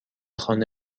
خانه